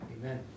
Amen